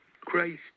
Christ